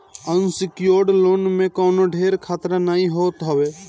unsecured loan में कवनो ढेर खतरा नाइ होत हवे